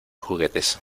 juguetes